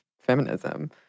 feminism